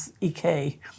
ek